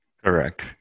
Correct